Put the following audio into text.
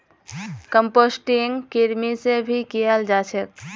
composting कृमि से भी कियाल जा छे